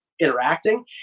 interacting